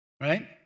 Right